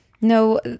No